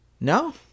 No